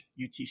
UTC